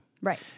Right